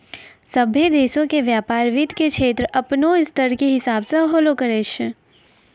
सभ्भे देशो के व्यपार वित्त के क्षेत्रो अपनो स्तर के हिसाबो से होलो करै छै